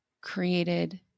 created